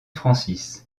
francis